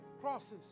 crosses